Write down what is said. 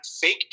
fake